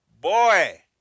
Boy